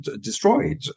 destroyed